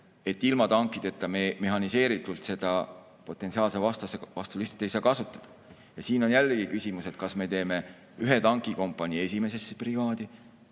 et ilma tankideta me mehhaniseeritult seda potentsiaalse vastase vastu lihtsalt ei saa kasutada. Siin on jällegi küsimus, kas teeme ühe tankikompanii esimesse brigaadi